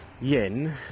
yen